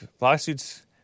lawsuits